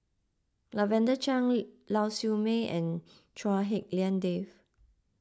Lavender Chang Lau Siew Mei and Chua Hak Lien Dave